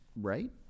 right